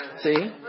see